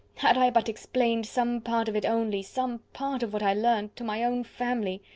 had i but explained some part of it only some part of what i learnt, to my own family!